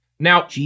Now